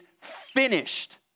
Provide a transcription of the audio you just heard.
finished